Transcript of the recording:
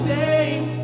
name